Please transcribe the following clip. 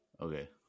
Okay